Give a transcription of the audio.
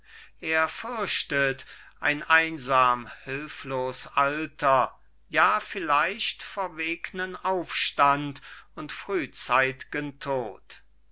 er fürchtet ein einsam hülflos alter ja vielleicht verwegnen aufstand und frühzeit'gen tod